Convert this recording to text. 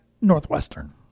Northwestern